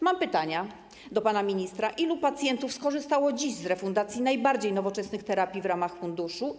Mam pytania do pana ministra: Ilu pacjentów skorzystało dziś z refundacji najbardziej nowoczesnych terapii w ramach funduszu?